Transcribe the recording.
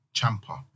Champa